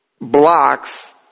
blocks